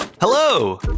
Hello